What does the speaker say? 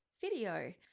video